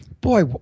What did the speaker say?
boy